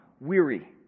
weary